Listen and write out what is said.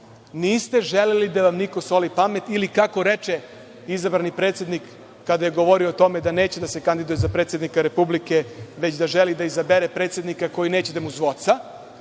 Niste želeli da vam niko soli pamet ili kako reče izabrani predsednik kada je govorio o tome da neće da se kandiduje za predsednika Republike, već da želi da izabere predsednika koji neće da mu zvoca,